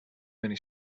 many